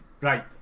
Right